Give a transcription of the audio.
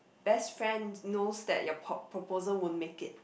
best friend knows that your pro~ proposal won't make it